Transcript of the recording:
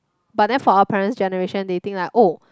but then for our parent's generation they think like oh